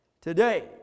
today